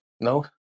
no